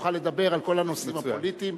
תוכל לדבר על כל הנושאים הפוליטיים.